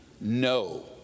no